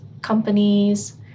companies